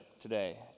today